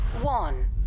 one